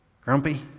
grumpy